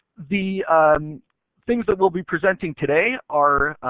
the things that we'll be presenting today are,